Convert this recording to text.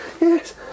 yes